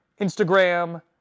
Instagram